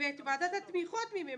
ואת ועדת התמיכות מי ממנה?